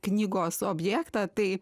knygos objektą tai